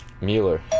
Mueller